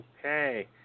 Okay